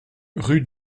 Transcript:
rue